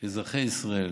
שאזרחי ישראל